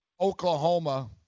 Oklahoma